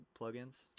plugins